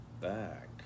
back